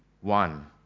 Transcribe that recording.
one